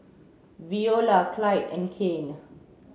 Veola Clide and Kane